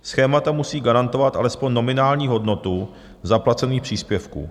Schémata musí garantovat alespoň nominální hodnotu zaplacených příspěvků.